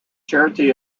charity